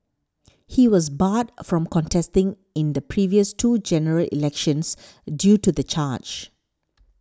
he was barred from contesting in the previous two General Elections due to the charge